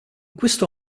questo